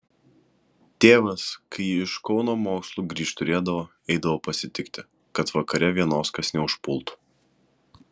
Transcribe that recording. tėvas kai ji iš kauno mokslų grįžt turėdavo eidavo pasitikti kad vakare vienos kas neužpultų